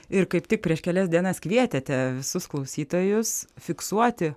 ir kaip tik prieš kelias dienas kvietėte visus klausytojus fiksuoti